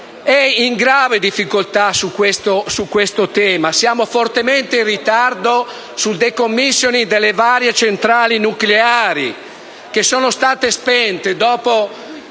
è in grave difficoltà su questo tema. Siamo fortemente in ritardo sul *decommissioning* delle varie centrali nucleari che sono state spente dopo